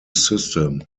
system